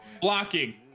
blocking